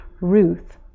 Ruth